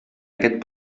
aquest